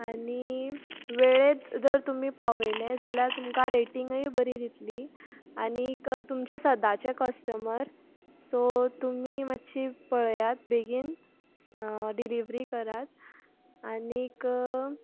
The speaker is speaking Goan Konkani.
आनी वेळेत जर तुमी पावयले जाल्यार तुमकां रेटींगय बरी दितली आनीक तुमचे सद्दाचे कस्टमर सो तुमी मातशें पळयात बेगीन डिलीवरी करात आनीक